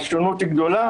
השונות היא גדולה.